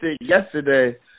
yesterday